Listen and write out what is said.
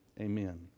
amen